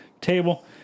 table